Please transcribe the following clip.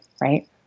right